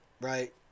right